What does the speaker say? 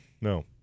No